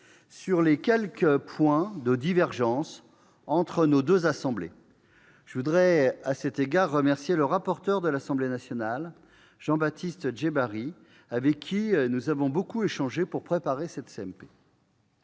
sur les quelques points de divergence subsistant entre les deux assemblées. Je veux à cet égard remercier le rapporteur de l'Assemblée nationale, Jean-Baptiste Djebbari, avec qui nous avons beaucoup échangé pour préparer cette CMP.